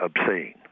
obscene